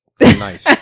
Nice